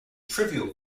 trivial